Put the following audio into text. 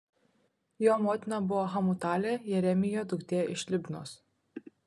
jo motina buvo hamutalė jeremijo duktė iš libnos